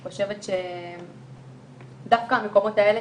אני חושבת שדווקא המקומות האלה,